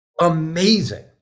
amazing